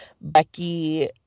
Becky